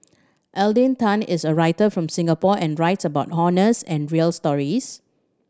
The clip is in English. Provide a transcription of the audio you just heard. Alden Tan is a writer from Singapore and writes about honest and real stories